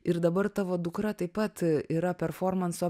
ir dabar tavo dukra taip pat yra performanso